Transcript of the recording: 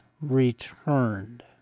returned